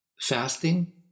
Fasting